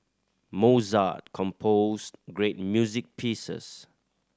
Mozart composed great music pieces